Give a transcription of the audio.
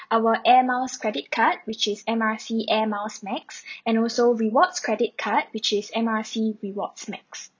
our air miles credit card which is M R C air miles max and also rewards credit card which is M R C rewards max